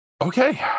Okay